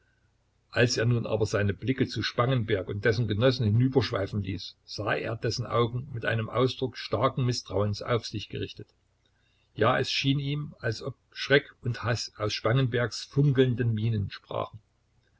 als er nun aber seine blicke zu spangenberg und dessen genossen hinüberschweifen ließ sah er dessen augen mit einem ausdruck starken mißtrauens auf sich gerichtet ja es schien ihm als ob schreck und haß aus spangenbergs funkelnden mienen sprachen